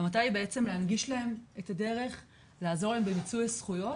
המטרה היא בעצם להנגיש להם את הדרך לעזור להם במיצוי הזכויות